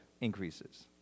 increases